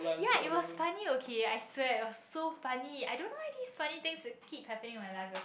ya it was funny okay I swear it was so funny I don't know why these funny thing keep happening in my life